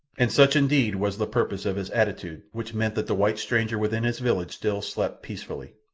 and such indeed was the purpose of his attitude which meant that the white stranger within his village still slept peacefully.